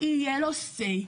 יהיה לו "סיי",